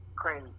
crazy